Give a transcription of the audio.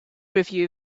review